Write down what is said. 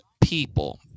people